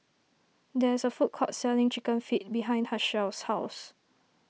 there is a food court selling Chicken Feet behind Hershell's house